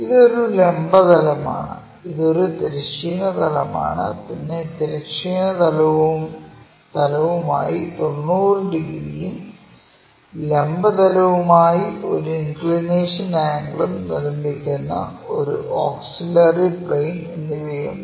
ഇതൊരു ലംബ തലമാണ് ഇത് തിരശ്ചീന തലമാണ് പിന്നെ തിരശ്ചീന തലവുമായി 90 ഡിഗ്രിയും ലംബ തലവുമായി ഒരു ഇൻക്ലിനേഷൻ ആംഗിളും നിർമ്മിക്കുന്ന ഒരു ഓക്സിലറി പ്ലെയിൻ എന്നിവയുണ്ട്